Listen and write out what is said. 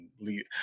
lead